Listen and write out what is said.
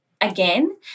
again